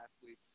athletes